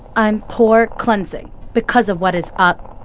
i'm poor cleansing because of what is up.